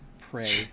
pray